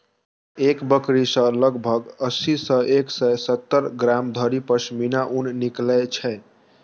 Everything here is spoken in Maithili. एक बकरी सं लगभग अस्सी सं एक सय सत्तर ग्राम धरि पश्मीना ऊन निकलै छै